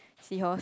sea horse